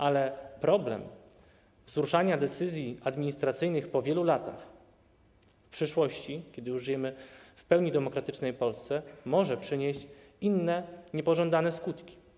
Ale problem wzruszania decyzji administracyjnych po wielu latach, w przyszłości, kiedy już żyjemy w pełni demokratycznej Polsce, może przynieść inne niepożądane skutki.